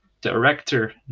director